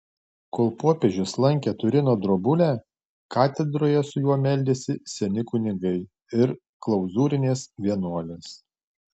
kol popiežius lankė turino drobulę katedroje su juo meldėsi seni kunigai ir klauzūrinės vienuolės